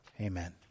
amen